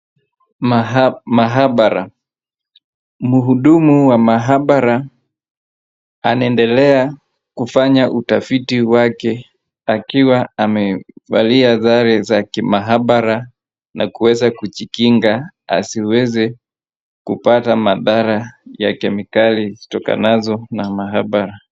Mahabara , mhudumu wa mahabara anaendelea kufanya utafiti wake akiwa amevalia sare za kimahabara na kuweza kujikinga asiweze kupata madhara ya kemikali zitokanazo na mahabara .